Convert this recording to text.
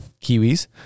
Kiwis